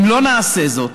אם לא נעשה זאת,